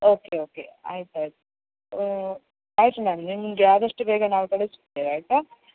okay okay ಆಯಿತು ಆಯಿತು ಆಯಿತು ಮ್ಯಾಮ್ ನಿಮಗೆ ಆದಷ್ಟು ಬೇಗ ನಾವು ಕಳಿಸಿಕೊಡ್ತೇವೆ ಆಯಿತಾ